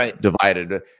divided